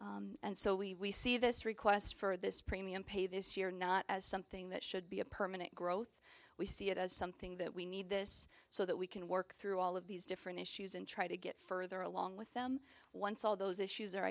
and and so we see this request for this premium pay this year not as something that should be a permanent growth we see it as something that we need this so that we can work through all of these different issues and try to get further along with them once all those issues are